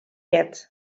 yet